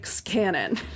canon